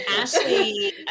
Ashley